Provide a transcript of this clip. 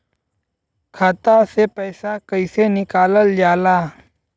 खाता से पैसा कइसे निकालल जाला?